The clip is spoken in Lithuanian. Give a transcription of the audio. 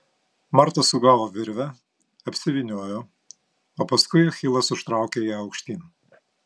marta sugavo virvę apsivyniojo o paskui achilas užtraukė ją aukštyn